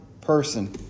person